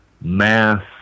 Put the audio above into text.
mass